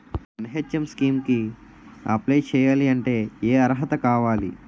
NHM scheme కి apply చేయాలి అంటే ఏ అర్హత కావాలి?